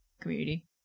community